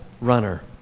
runner